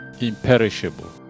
imperishable